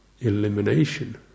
Elimination